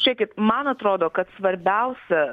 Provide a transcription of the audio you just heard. žėkit man atrodo kad svarbiausia